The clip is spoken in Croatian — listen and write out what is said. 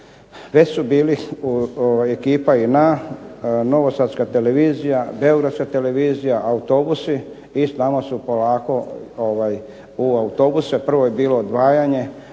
već su bili ekipa JNA, Novosadska televizija, Beogradska televizija, autobusi i s nama su polako u autobuse. Prvo je bilo odvajanje.